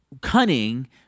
cunning